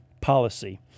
policy